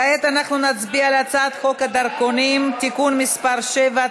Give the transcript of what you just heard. כעת אנחנו נצביע על הצעת חוק הדרכונים (תיקון מס' 7),